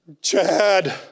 Chad